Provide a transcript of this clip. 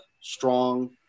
Strong